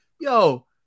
Yo